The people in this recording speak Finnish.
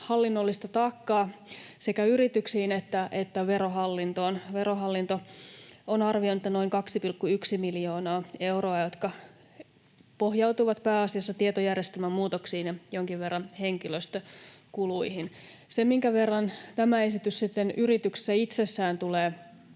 hallinnollista taakkaa sekä yrityksissä että Verohallinnossa. Verohallinto on arvioinut, että taakka on noin 2,1 miljoonaa euroa, joka pohjautuu pääasiassa tietojärjestelmämuutoksiin ja jonkin verran henkilöstökuluihin. Sitä, minkä verran tämä esitys sitten yrityksessä itsessään tulee